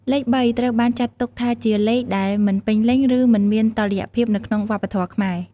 លេខបីត្រូវបានចាត់ទុកថាជាលេខដែលមិនពេញលេញ ឬមិនមានតុល្យភាពនៅក្នុងវប្បធម៌ខ្មែរ។